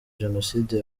jenoside